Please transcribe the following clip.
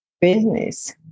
business